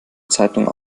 zeitung